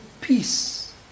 peace